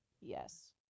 Yes